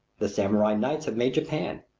the samurai knights have made japan.